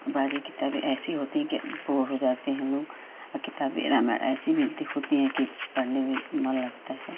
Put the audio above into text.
औ बाज़ किताबें ऐसी होती हैं कि बोर हो जाते हैं लोग किताबें रामायण ऐसी मिलती होती हैं कि पढ़ने में मन लगता है